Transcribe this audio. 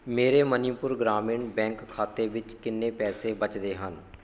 ਮੇਰੇ ਮਨੀਪੁਰ ਗ੍ਰਾਮੀਣ ਬੈਂਕ ਖਾਤੇ ਵਿੱਚ ਕਿੰਨੇ ਪੈਸੇ ਬਚਦੇ ਹਨ